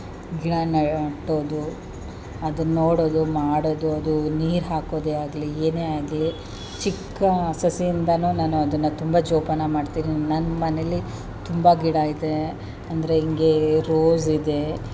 ಗಿಡ ನೆಟ್ಟದ್ದೂ ಅದನ್ನು ನೋಡೋದು ಮಾಡೋದು ಅದು ನೀರು ಹಾಕೋದೇ ಆಗಲೀ ಏನೇ ಆಗಲೀ ಚಿಕ್ಕ ಸಸಿಯಿಂದಲೂ ನಾನು ಅದನ್ನು ತುಂಬ ಜೋಪಾನ ಮಾಡ್ತೀನಿ ನನ್ನ ಮನೇಲಿ ತುಂಬ ಗಿಡ ಇದೇ ಅಂದರೆ ಹಿಂಗೇ ರೋಝಿದೆ